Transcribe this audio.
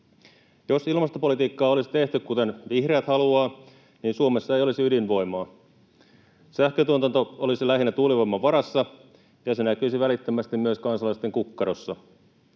Jos ilmastopolitiikkaa olisi tehty, kuten vihreät haluaa, niin Suomessa ei olisi ydinvoimaa. Sähköntuotanto olisi lähinnä tuulivoiman varassa, ja se näkyisi välittömästi myös kansalaisten kukkarossa.